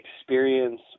experience